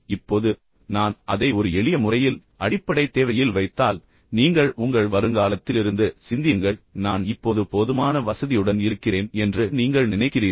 இப்போது நான் அதை ஒரு எளிய முறையில் அடிப்படை தேவையில் வைத்தால் நீங்கள் உங்கள் வருங்காலத்திலிருந்து சிந்தியுங்கள் நான் இப்போது போதுமான வசதியுடன் இருக்கிறேன் என்று நீங்கள் நினைக்கிறீர்கள்